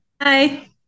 Hi